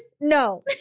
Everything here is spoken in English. No